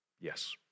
Yes